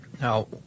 Now